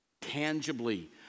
Tangibly